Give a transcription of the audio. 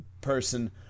person